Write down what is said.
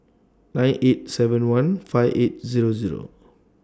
nine eight seven one five eight Zero Zero